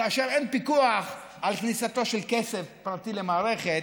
כאשר אין פיקוח על כניסתו של כסף פרטי למערכת,